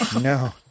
No